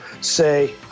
say